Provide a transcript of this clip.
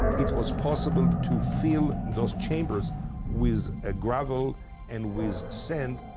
it was possible to fill those chambers with ah gravel and with sand,